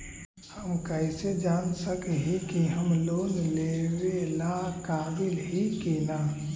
हम कईसे जान सक ही की हम लोन लेवेला काबिल ही की ना?